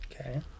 Okay